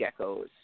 Geckos